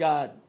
God